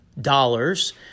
dollars